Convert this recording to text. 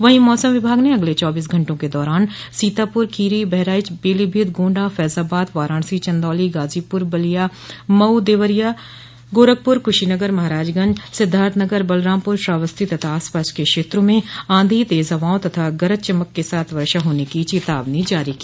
वहीं मौसम विभाग ने अगले चौबीस घंटों के दौरान सीतापुर खीरी बहराइच पीलीभीत गोंडा फैजाबाद वाराणसी चन्दौली गाजीपुर बलिया मऊ देवरिया गोरखपुर कुशीनगर महराजगंज सिद्धार्थनगर बलरामपुर श्रावस्ती तथा आसपास के क्षेत्रों में आंधी तेज हवाओं तथा गरज चमक के साथ वर्षा होने की चेतावनी जारी की